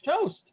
toast